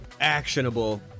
Actionable